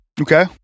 Okay